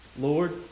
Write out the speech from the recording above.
Lord